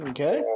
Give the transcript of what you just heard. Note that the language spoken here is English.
Okay